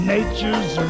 Nature's